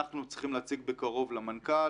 אנחנו צריכים להציג בקרוב למנכ"ל.